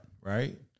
right